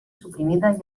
suprimida